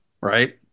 right